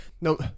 No